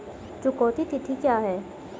चुकौती तिथि क्या है?